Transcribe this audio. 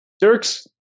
Dirks